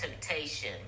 temptation